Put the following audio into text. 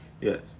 Yes